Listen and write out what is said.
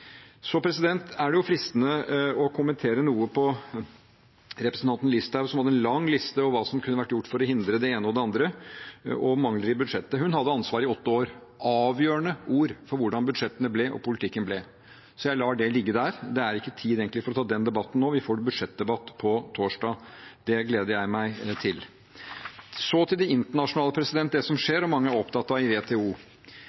Det er fristende å kommentere noe på representanten Listhaugs innlegg, som hadde en lang liste over hva som kunne vært gjort for å hindre det ene og det andre, og over mangler i budsjettet. Hun hadde ansvaret i åtte år og avgjørende ord for hvordan budsjettene og politikken ble. Jeg lar det ligge, det er ikke egentlig tid for å ta den debatten nå. Vi får en budsjettdebatt på torsdag. Det gleder jeg meg til. Så til det internasjonale – det som